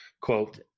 quote